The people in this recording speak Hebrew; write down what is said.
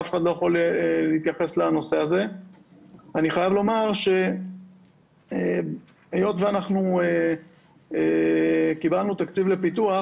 אני חייב לומר שהיות ואנחנו קיבלנו תקציב לפיתוח,